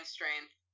Strength